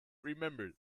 remember